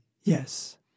Yes